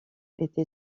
été